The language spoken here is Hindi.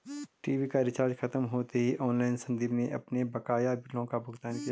टीवी का रिचार्ज खत्म होते ही ऑनलाइन संदीप ने अपने बकाया बिलों का भुगतान किया